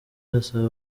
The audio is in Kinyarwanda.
arasaba